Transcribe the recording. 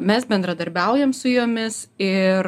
mes bendradarbiaujam su jomis ir